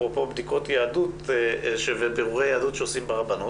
אפרופו בדיקות יהדות ובירורי היהדות שעושים ברבנות,